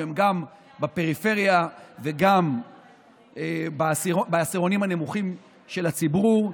הן גם בפריפריה וגם בעשירונים הנמוכים של הציבור,